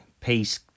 peace